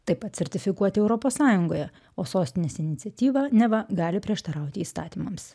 taip pat sertifikuoti europos sąjungoje o sostinės iniciatyva neva gali prieštarauti įstatymams